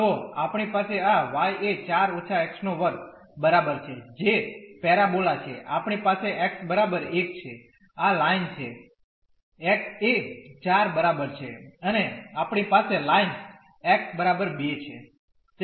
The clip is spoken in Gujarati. તો આપણી પાસે આ y એ 4 − x2 બરાબર છે જે પેરાબોલા છે આપણી પાસે x બરાબર એક છે આ લાઇન છે x એ 1 બરાબર છે અને આપણી પાસે લાઇન x બરાબર 2 છે